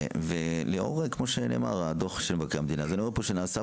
ולאור מה שנאמר דוח מבקר המדינה נראה שנעשתה